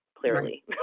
clearly